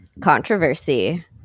controversy